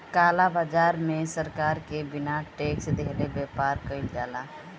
काला बाजार में सरकार के बिना टेक्स देहले व्यापार कईल जाला